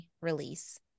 release